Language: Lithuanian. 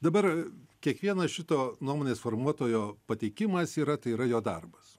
dabar kiekvienas šito nuomonės formuotojo pateikimas yra tai yra jo darbas